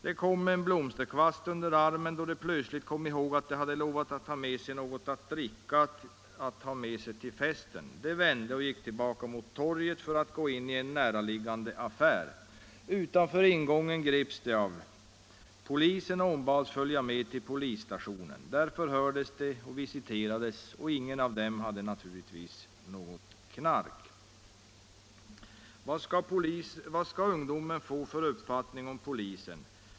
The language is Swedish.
De kom med en blomsterkvast under armen då de plötsligt kom ihåg att de hade lovat att ha med sig något att dricka till festen. De vände därför och gick tillbaka ut mot torget för att gå in i en närliggande affär. Utanför ingången greps de av polisen och ombads följa med till polisstationen. Där förhördes de och visiterades. Ingen av dem hade något knark.” Vad skall ungdomen få för uppfattning om polisen?